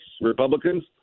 Republicans